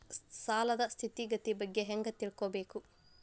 ಸಾಲದ್ ಸ್ಥಿತಿಗತಿ ಬಗ್ಗೆ ಹೆಂಗ್ ತಿಳ್ಕೊಬೇಕು?